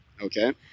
Okay